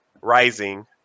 rising